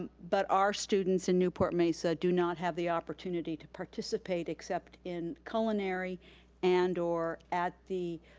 but our students in newport-mesa do not have the opportunity to participate, except in culinary and or at the